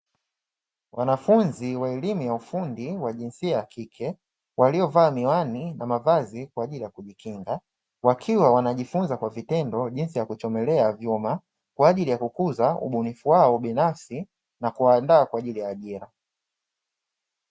Wanafunzi wa elimu ya ufundi wa jinsi ya kike, waliovaa miwani na mavazi kwa ajili ya kujikinga, wakiwa wanajifunza kwa vitendo jinsi ya kuchomelea vyuma, kwa ajili ya kukuza ubunifu wao binafsi na kuwaandaa kwa ajili ya ajira.